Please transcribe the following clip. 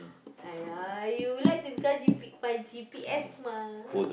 !aiya! you like to because G P by G_P_S mah